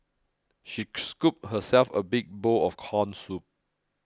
she scooped herself a big bowl of Corn Soup